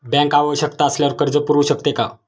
Bank आवश्यकता असल्यावर कर्ज पुरवू शकते का?